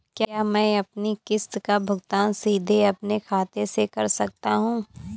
क्या मैं अपनी किश्त का भुगतान सीधे अपने खाते से कर सकता हूँ?